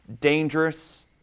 dangerous